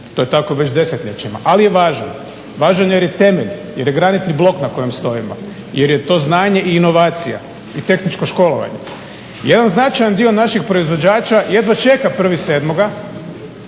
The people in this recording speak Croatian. To je tako već desetljećima, ali je važno, važan je jer je temelj, jer je granitni blok na kojem stojimo, jer je to znanje i inovacija i tehničko školovanje. Jedan značajan dio naših proizvođača jedva čeka 1.7. da